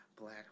black